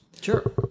sure